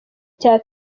cya